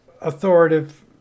authoritative